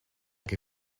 que